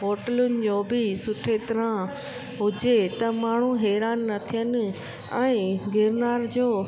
होटलुनि जो बि सुठी तरह हुजे त माण्हू हैरान न थियनि ऐं गिरनार जो